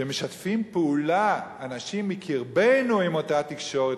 שמשתפים פעולה אנשים מקרבנו עם אותה תקשורת,